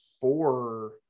four